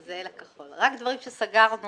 הוא אומר הוא חל גם בעולמות אחרים שכאשר אתה עוסק בתחום